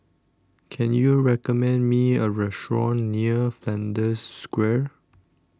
can you recommend me a restaurant near Flanders Square